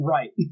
Right